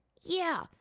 Yeah